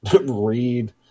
read